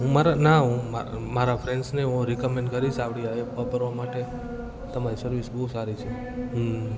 હું મારા ના મારા ફ્રેન્ડ્સને હું રિકમેન્ડ કરીશ આપણી આ એપમાં ભરવા માટે તમારી સર્વિસ બહુ સારી છે હં